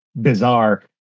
bizarre